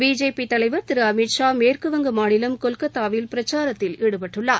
BJP தலைவர் திரு அமித் ஷா மேற்கு வங்க மாநிலம் கொல்கத்தாவில் பிரச்சாரத்தில் ஈடுபட்டுள்ளார்